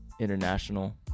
international